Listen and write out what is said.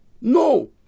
No